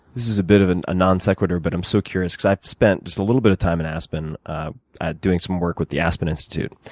this is a bit of and a non sequitur but i'm so curious because i've spent just a little bit of time in aspen doing some work with the aspen institute.